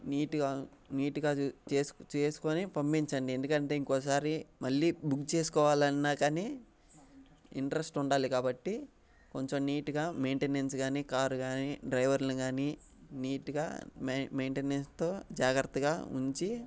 నీట్గా నీట్గా చేసుకొని పంపించండి ఎందుకంటే ఇంకోసారి మళ్ళీ బుక్ చేసుకోవాలన్నా కాని ఇంట్రస్ట్ ఉండాలి కాబట్టి కొంచెం నీట్గా మెయింటెనెన్స్ కానీ కార్ కానీ డ్రైవర్లని కానీ నీట్గా మెయింటెనెన్స్తో జాగ్రత్తగా ఉంచి